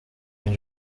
این